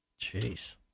Jeez